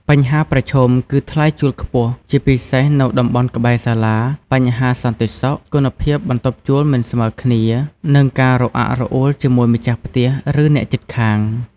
បញ្ហាប្រឈមគឺថ្លៃជួលខ្ពស់ ជាពិសេសនៅតំបន់ក្បែរសាលា បញ្ហាសន្តិសុខ គុណភាពបន្ទប់ជួលមិនស្មើគ្នា និងការរអាក់រអួលជាមួយម្ចាស់ផ្ទះ ឬអ្នកជិតខាង។